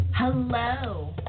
Hello